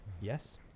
Yes